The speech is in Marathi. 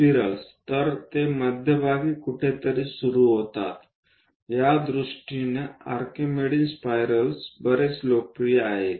स्पायरल्स तर ते मध्यभागी कुठेतरी सुरू होतात त्या दृष्टीने आर्किमेडीयन स्पायरल्स बरेच लोकप्रिय आहेत